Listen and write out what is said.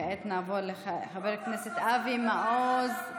כעת נעבור לחבר הכנסת אבי מעוז,